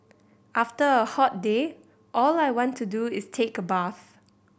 after a hot day all I want to do is take a bath